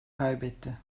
kaybetti